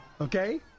Okay